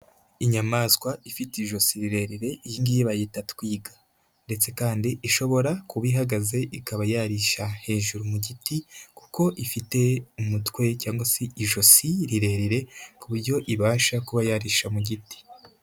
Inyamaswa ifite ijosi rirerire, iyi ngiyi bayita twiga, ndetse kandi ishobora kuba ihagaze ikaba yarisha hejuru mu giti, kuko ifite umutwe cyangwa se ijosi rirerire ku buryo ibasha kuba yarisha mu giti.